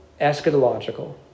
eschatological